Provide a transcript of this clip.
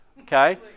Okay